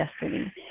destiny